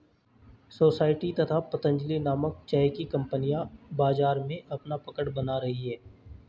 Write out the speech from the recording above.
society तथा पतंजलि नामक चाय की कंपनियां बाजार में अपना पकड़ बना रही है